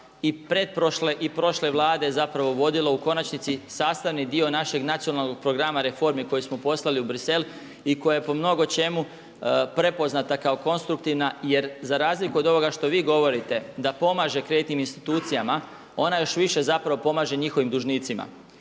i pretprošle i prošle Vlade zapravo vodilo u konačnici sastavni dio našeg nacionalnog programa reformi koje smo poslali u Bruxelles i koja je po mnogo čemu prepoznata kao konstruktivna. Jer za razliku od ovoga što vi govorite da pomaže kreditnim institucijama ona još više zapravo pomaže njihovim dužnicima.